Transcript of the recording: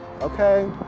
Okay